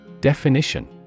Definition